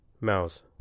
Mouse